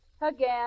Again